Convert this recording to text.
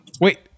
Wait